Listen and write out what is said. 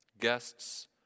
Guests